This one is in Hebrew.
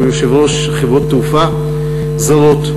יו"ר חברות התעופה הזרות,